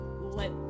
let